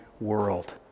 world